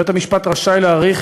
בית-המשפט רשאי להאריך